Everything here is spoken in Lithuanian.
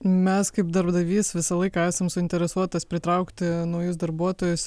mes kaip darbdavys visą laiką esam suinteresuotas pritraukti naujus darbuotojus